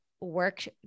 work